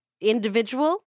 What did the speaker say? individual